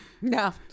No